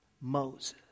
Moses